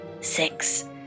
six